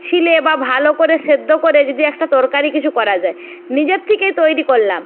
ছিলে বা ভালো করে সেদ্ধ করে যদি একটা তরকারি কিছু করা যায় নিজের থেকেই তৈরি করলাম